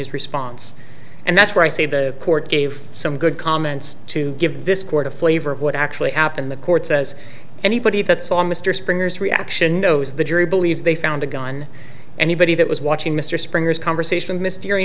his response and that's why i say the court gave some good comments to give this court a flavor of what actually happened the court says anybody that saw mr springer's reaction knows the jury believes they found a gun anybody that was watching mr springer's conversation myster